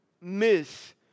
miss